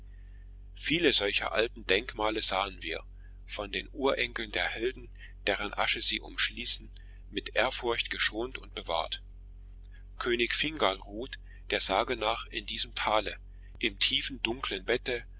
viele solcher alten denkmale sahen wir von den urenkeln der helden deren asche sie umschließen mit ehrfurcht geschont und bewahrt könig fingal ruht der sage nach in diesem tale im tiefen dunklen bette